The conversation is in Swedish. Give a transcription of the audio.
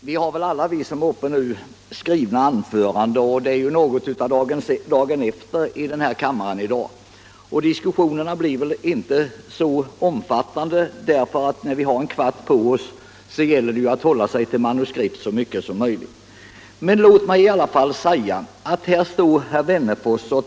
Herr talman! Det är något av ”dagen efter” i kammaren i dag. Vi har väl alla skrivna anföranden, och diskussionerna blir inte så omfattande när man bara har en kvart på sig. Det gäller att hålla sig till manuskriptet så mycket som möjligt. Men låt mig alla fall kommentera herr Wennerfors.